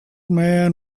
man